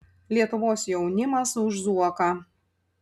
lietuvos jaunimas už zuoką